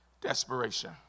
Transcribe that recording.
desperation